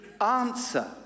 answer